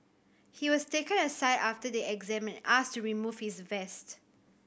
he was taken aside after the exam asked to remove his vest